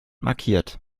markiert